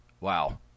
wow